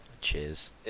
Cheers